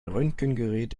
röntgengerät